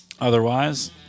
Otherwise